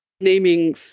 naming